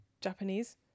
japanese